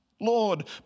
Lord